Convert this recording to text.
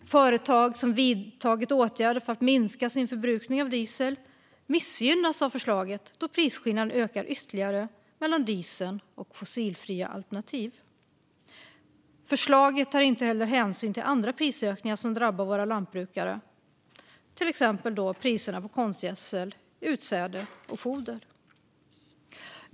Företag som vidtagit åtgärder för att minska sin förbrukning av diesel missgynnas av förslaget då prisskillnaden ökar ytterligare mellan dieseln och fossilfria alternativ. Förslaget tar heller inte hänsyn till andra prisökningar som drabbar lantbrukarna. Det gäller till exempel priserna på konstgödsel, utsäde och foder.